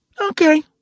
Okay